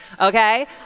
Okay